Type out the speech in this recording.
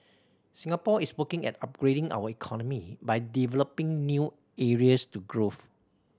Singapore is working at upgrading our economy by developing new areas to growth